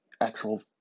actual